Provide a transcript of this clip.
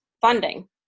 funding